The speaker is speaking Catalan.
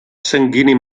sanguini